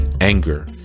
anger